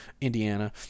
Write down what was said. Indiana